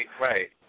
Right